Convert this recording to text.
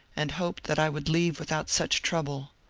and hoped that i would leave without such trouble.